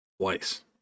Twice